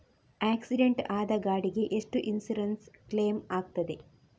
Accident ಆದ ಗಾಡಿಗೆ ಎಷ್ಟು ಇನ್ಸೂರೆನ್ಸ್ ಕ್ಲೇಮ್ ಆಗ್ತದೆ?